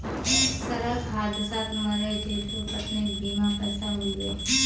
सड़क हादसात मरे जितुर पत्नीक बीमार पैसा मिल बे